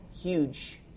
huge –